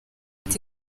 ati